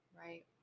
right